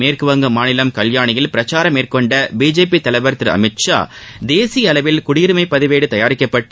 மேற்குவங்க மாநிலம் கல்யாணியில் பிரச்சாரம் மேற்கொண்ட பிஜேபி தலைவர் திரு அமித் ஷா தேசிய அளவில் குடியுரிமை பதிவேடு தயாரிக்கப்பட்டு